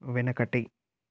వెనకటి